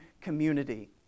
community